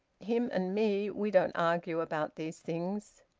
him and me we don't argue about these things.